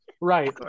Right